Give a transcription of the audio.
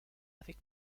avec